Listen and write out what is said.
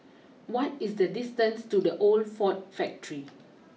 what is the distance to the Old Ford Factory